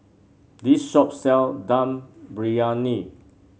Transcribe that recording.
this shop sell Dum Briyani